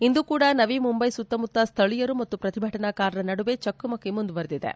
ಇಂದೂ ಕೂಡ ನವಿಮುಂಬೈ ಸುತ್ತಮುತ್ತ ಸ್ಥಳೀಯರು ಮತ್ತು ಪ್ರತಿಭಟನಾಕಾರರ ನಡುವೆ ಚಕಮಕಿ ಮುಂದುವರೆದಿದೆ